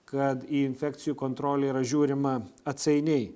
kad į infekcijų kontrolę yra žiūrima atsainiai